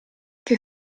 che